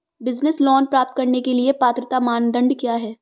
Business loan प्राप्त करने के लिए पात्रता मानदंड क्या हैं?